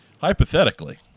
Hypothetically